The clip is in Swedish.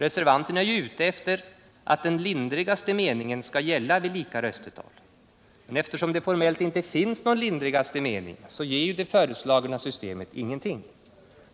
Reservanterna är ute efter att den lindrigaste meningen skall gälla vid lika röstetal. Men eftersom det formellt sett inte finns någon lindrigaste mening ger ju det föreslagna systemet ingenting.